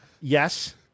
Yes